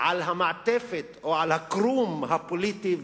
על המעטפת או על הקרום הפוליטי,